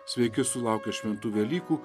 sveiki sulaukę šventų velykų